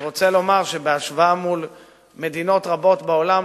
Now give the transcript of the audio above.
אני רוצה לומר שבהשוואה עם מדינות רבות בעולם,